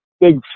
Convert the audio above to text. big